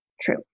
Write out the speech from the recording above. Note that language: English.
true